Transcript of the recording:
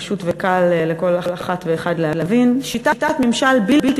פשוט וקל לכל אחת ואחד להבין: "שיטת ממשל בלתי